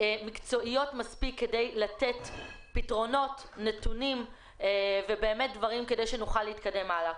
מקצועיות מספיק כדי לתת פתרונות ונתונים כדי שנוכל להתקדם הלאה.